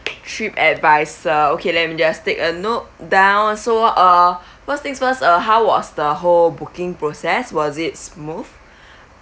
trip advisor okay let me just take a note down so uh first thing first uh how was the whole booking process was it smooth